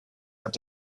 hat